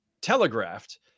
telegraphed